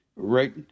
right